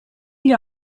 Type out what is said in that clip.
gli